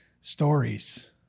stories